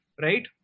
right